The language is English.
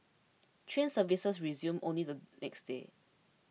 train services resumed only the next day